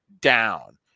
down